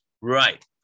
Right